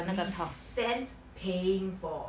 resent paying for